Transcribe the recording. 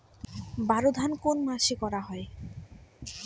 বোরো ধান কোন মাসে করা হয়?